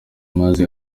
maze